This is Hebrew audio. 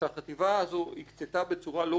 שהחטיבה הזו הקצתה בצורה לא רשמית